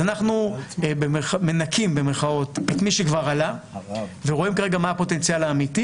אנחנו "מנכים" את מי שכבר עלה ורואים כרגע מה הפוטנציאל אמיתי,